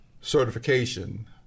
certification